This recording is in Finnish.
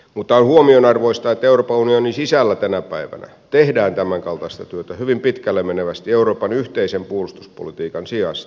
mutta on huomionarvoista että euroopan unionin sisällä tänä päivänä tehdään tämän kaltaista työtä hyvin pitkälle menevästi euroopan yhteisen puolustuspolitiikan sijasta